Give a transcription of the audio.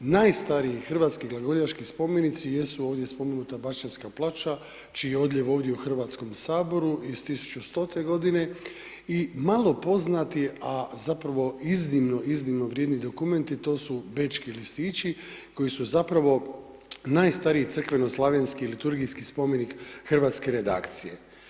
Najstariji hrvatski glagoljaški spomenici jesu ovdje spomenuta Baščanska ploča čiji je odljev ovdje u Hrvatskom saboru iz 1100. g. i malo poznati a zapravo iznimno, iznimno vrijedni dokumenti, to su Bečki listići koji su zapravo najstariji crkveno-slavenski liturgijski spomenik hrvatske redakcije.